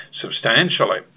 substantially